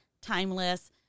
timeless